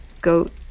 goat